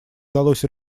удалось